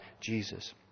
Jesus